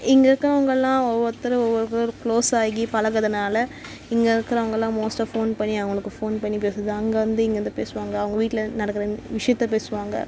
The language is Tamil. இங்க இருக்கிறவங்கெல்லாம் ஒவ்வொருத்தரை ஒவ்வொருவர் கூட க்ளோஸ் ஆகி பழகுறதுனால இங்கே இருக்கிறவங்கெல்லாம் மோஸ்ட்டாக ஃபோன் பண்ணி அவங்களுக்கு ஃபோன் பண்ணி பேசுகிறது அங்கேருந்து இங்கேருந்து பேசுவாங்க அவங்க வீட்டில் நடக்கிற விஷயத்தை பேசுவாங்க